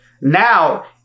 Now